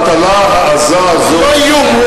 הטלטלה העזה הזאת, זה לא איום.